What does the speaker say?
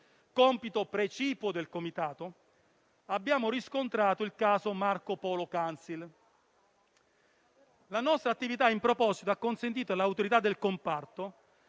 compito precipuo del Comitato, abbiamo riscontrato il caso Marco Polo Council. La nostra attività in proposito ha consentito all'autorità del comparto